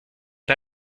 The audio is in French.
pas